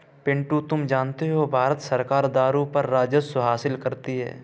पिंटू तुम जानते हो भारत सरकार दारू पर राजस्व हासिल करती है